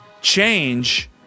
change